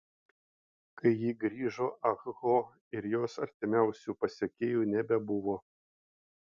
kai ji grįžo ah ho ir jos artimiausių pasekėjų nebebuvo